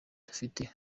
dufite